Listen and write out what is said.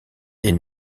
est